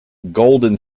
golden